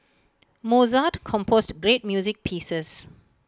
Mozart composed great music pieces